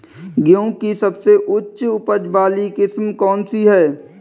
गेहूँ की सबसे उच्च उपज बाली किस्म कौनसी है?